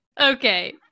okay